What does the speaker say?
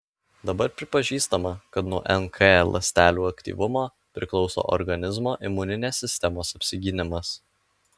dabar pripažįstama kad nuo nk ląstelių aktyvumo priklauso organizmo imuninės sistemos apsigynimas